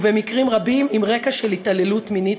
ובמקרים רבים עם רקע של התעללות מינית